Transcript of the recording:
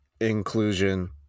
inclusion